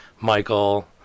michael